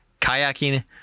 kayaking